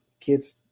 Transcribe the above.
kids